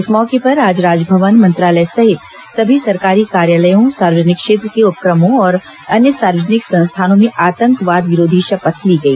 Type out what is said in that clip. इस मौके पर आज राजभवन मंत्रालय सहित संभी सरकारी कार्यालयों सार्वजनिक क्षेत्र के उपक्रमों और अन्य सार्वजनिक संस्थानों में आतंकवाद विरोधी शपथ ली गई